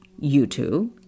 YouTube